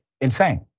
insane